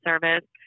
service